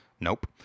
Nope